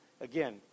Again